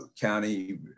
county